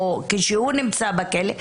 או כשהוא נמצא בכלא,